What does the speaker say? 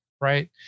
Right